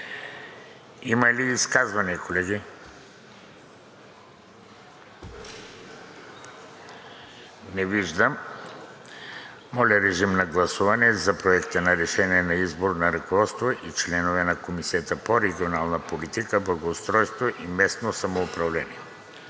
има ли изказвания? Няма. Моля, режим на гласуване по Проекта на решение за избор на ръководство и членове на Комисията по регионална политика, благоустройство и местно самоуправление.